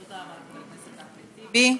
תודה רבה, חבר הכנסת אחמד טיבי.